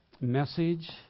message